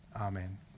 Amen